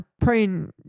praying